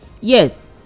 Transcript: Yes